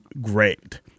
great